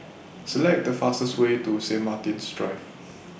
Select The fastest Way to Saint Martin's Drive